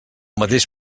mateix